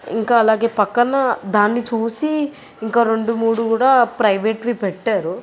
ఇంకా అలాగే ప్రక్కన దాన్ని చూసి ఇంకా రెండు మూడు కూడా ప్రైవేట్వి పెట్టారు